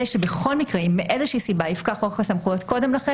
וגם בעקבות השינוי שביצענו בחוק הסמכויות,